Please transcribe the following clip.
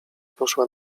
poszła